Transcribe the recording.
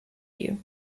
you